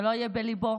זה לא יהיה בליבו,